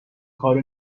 کارو